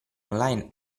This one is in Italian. online